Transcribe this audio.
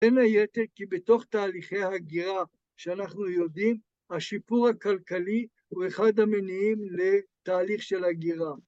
בין היתר כי בתוך תהליכי הגירה שאנחנו יודעים השיפור הכלכלי הוא אחד המניעים לתהליך של הגירה